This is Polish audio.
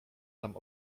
tam